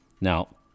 Now